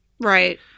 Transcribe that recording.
Right